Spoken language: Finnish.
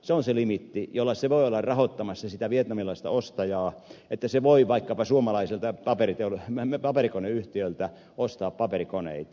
se on se limiitti jolla se voi olla rahoittamassa sitä vietnamilaista ostajaa että se voi vaikkapa suomalaiselta paperikoneyhtiöltä ostaa paperikoneita